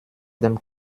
dem